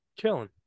chilling